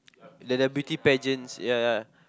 the the beauty pageants ya